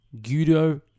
Guido